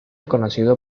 conocido